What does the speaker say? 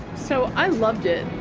so i loved it.